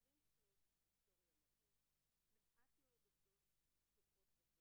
שהן באמת אירועים שהיינו רוצים להימנע מהם,